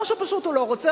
או שפשוט הוא לא רוצה,